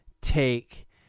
take